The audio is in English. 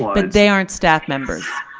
but they aren't staff members.